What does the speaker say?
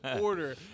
order